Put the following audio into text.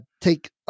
take